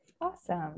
Awesome